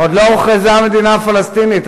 עוד לא הוכרזה המדינה הפלסטינית,